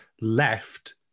left